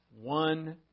One